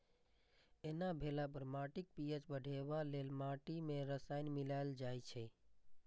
एना भेला पर माटिक पी.एच बढ़ेबा लेल माटि मे रसायन मिलाएल जाइ छै